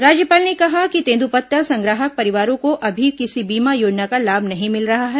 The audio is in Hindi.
राज्यपाल ने कहा कि तेंदूपत्ता संग्राहक परिवारों को अभी किसी बीमा योजना का लाभ नहीं मिल रहा है